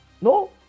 No